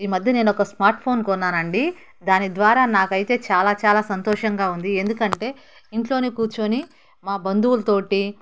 ఈమధ్య నేను ఒక స్మార్ట్ఫోన్ కొన్నాను అండి దాని ద్వారా నాకు అయితే చాలా చాలా సంతోషంగా ఉంది ఎందుకంటే ఇంట్లోనే కూర్చొని మా బంధువులతో